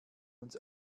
uns